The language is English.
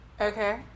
Okay